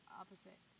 opposite